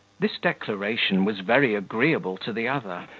this declaration was very agreeable to the other,